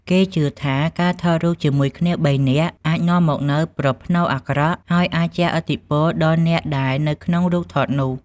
គេជឿថា ការថតរូបជាមួយគ្នាបីនាក់អាចនាំមកនូវប្រផ្នូលអាក្រក់ ហើយអាចជះឥទ្ធិពលដល់អ្នកដែលនៅក្នុងរូបថតនោះ។